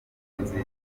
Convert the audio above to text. nziza